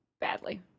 badly